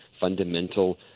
fundamental